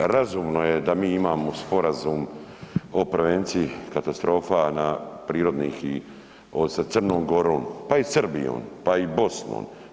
Razumno je da mi imamo sporazum o prevenciji katastrofa na prirodnih i ovo sa Crnom Gorom pa i Srbijom pa i Bosnom.